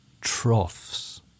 troughs